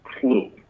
clue